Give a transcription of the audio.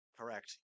Correct